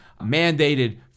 mandated